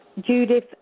Judith